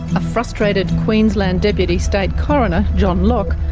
a frustrated queensland deputy state coroner, john lock,